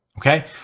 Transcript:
Okay